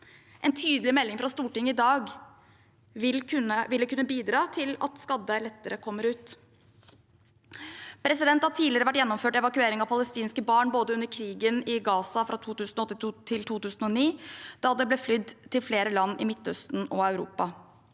En tydelig melding fra Stortinget i dag ville kunne bidra til at skadde lettere kommer ut. Det har tidligere vært gjennomført evakuering av palestinske barn, som under krigen i Gaza fra 2008 til 2009, da det ble flydd til flere land i Midtøsten og Europa.